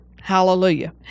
Hallelujah